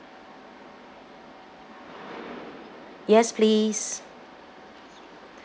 yes please